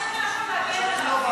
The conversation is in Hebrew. אני מוצאת לנכון להגן עליו.